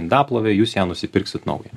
indaplovė jūs ją nusipirksit naują